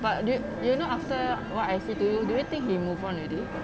but do you do you know after what I say to you do you think he moved on already